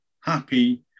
happy